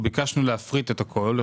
ביקשנו להפריט את הכול.